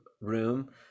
room